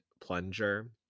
plunger